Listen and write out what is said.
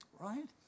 Right